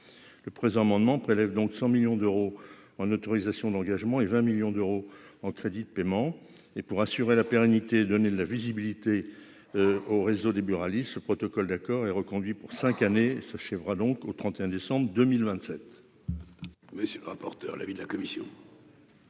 le présent amendement prélève donc 100 millions d'euros en autorisations d'engagement et 20 millions d'euros en crédits de paiement et pour assurer la pérennité, donner de la visibilité au réseau des buralistes, ce protocole d'accord et reconduit pour 5 années s'achèvera donc au 31 décembre 2027.